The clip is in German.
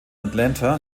atlanta